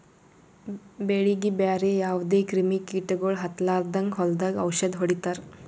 ಬೆಳೀಗಿ ಬ್ಯಾರೆ ಯಾವದೇ ಕ್ರಿಮಿ ಕೀಟಗೊಳ್ ಹತ್ತಲಾರದಂಗ್ ಹೊಲದಾಗ್ ಔಷದ್ ಹೊಡಿತಾರ